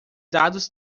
dados